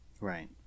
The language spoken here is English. Right